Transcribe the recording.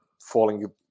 falling